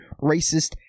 racist